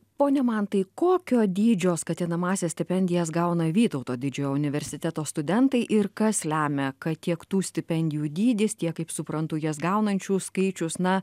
pone mantai kokio dydžio skatinamąsias stipendijas gauna vytauto didžiojo universiteto studentai ir kas lemia kad tiek tų stipendijų dydis tiek kaip suprantu jas gaunančių skaičius na